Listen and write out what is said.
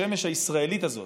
השמש הישראלית הזאת,